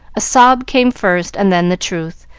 a sob came first, and then the truth,